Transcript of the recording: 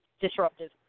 disruptive